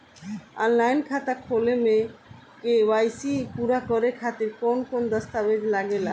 Online खाता खोले में के.वाइ.सी पूरा करे खातिर कवन कवन दस्तावेज लागे ला?